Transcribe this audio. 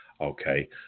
Okay